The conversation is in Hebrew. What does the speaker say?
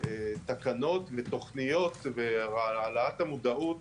תקנות מתוכניות, והעלאת המודעות